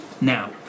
now